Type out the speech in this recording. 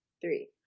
three